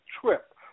trip